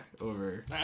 over